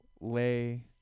lay